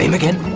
um again,